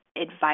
advice